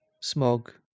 Smog